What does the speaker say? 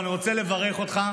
רק רגע.